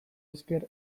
esker